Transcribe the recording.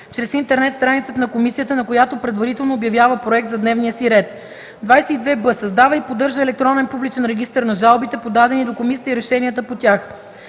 чрез интернет страницата на комисията, на която предварително обявява проект за дневния си ред; 22б. създава и поддържа електронен публичен регистър на жалбите, подадени до комисията, и решенията по тях;